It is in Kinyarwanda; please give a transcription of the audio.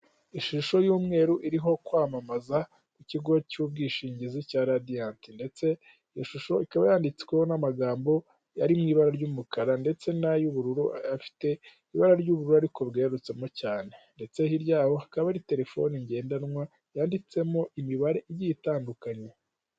Ishusho y'umweru iriho kwamamaza kigo cy'ubwishingizi cya radiyanti, ndetse iyo shusho ikaba yanditsweho n'amagambo ari mu ibara ry'umukara, ndetse n'ay'ubururu, afite ibara ry'ubururu, ariko garutsemo cyane, ndetse hirya yabo hakaba hari telefoni ngendanwa, yanditsemo imibare igiye itandukanye.